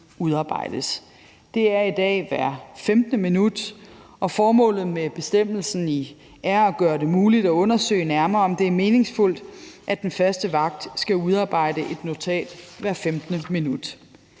udarbejdes. Det er i dag hvert 15. minut, og formålet med bestemmelsen er at gøre det muligt at undersøge nærmere, om det er meningsfuldt, at den faste vagt skal udarbejde et notat hvert 15. minut.